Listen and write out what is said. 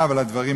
ירושלים,